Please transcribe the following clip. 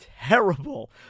terrible